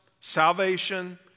salvation